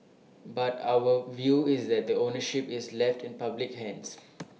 but our view is that the ownership is left in public hands